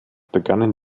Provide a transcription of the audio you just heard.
begannen